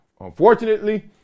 unfortunately